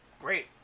Great